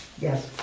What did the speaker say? Yes